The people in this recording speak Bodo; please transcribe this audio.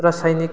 रासायनिक